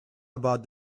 about